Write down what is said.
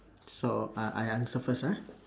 so I I answer first ah